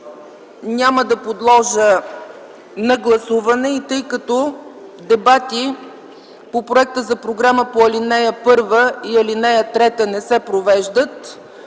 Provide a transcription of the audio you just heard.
няма да го подложа на гласуване и тъй като дебати по проекта за програма по алинеи 1 и 3 не се провеждат,